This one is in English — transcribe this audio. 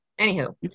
Anywho